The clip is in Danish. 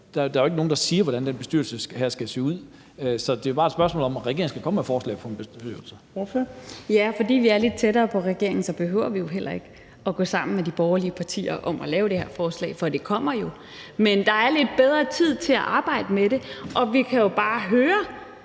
Der er ikke nogen, der siger, hvordan den bestyrelse her skal se ud. Så det er bare et spørgsmål om, at regeringen skal komme med et forslag om en bestyrelse. Kl. 18:37 Fjerde næstformand (Trine Torp): Ordføreren. Kl. 18:37 Zenia Stampe (RV): Fordi vi er lidt tættere på regeringen, behøver vi jo heller ikke at gå sammen med de borgerlige partier om at lave det her forslag, for det kommer jo. Men der er lidt bedre tid til at arbejde med det. Vi kan jo bare høre,